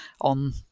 on